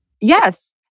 Yes